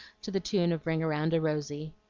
to the tune of ring around a rosy.